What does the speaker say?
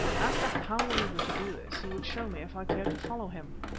as to how we were to do this, he would show me if i cared to follow him.